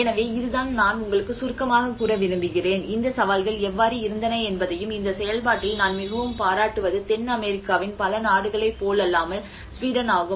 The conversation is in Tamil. எனவே இதுதான் நான் உங்களுக்கு சுருக்கமாகக் கூற விரும்புகிறேன் இந்த சவால்கள் எவ்வாறு இருந்தன என்பதையும் இந்த செயல்பாட்டில் நான் மிகவும் பாராட்டுவது தென் அமெரிக்காவின் பல நாடுகளைப் போலல்லாமல் சுவீடன் ஆகும்